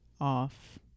off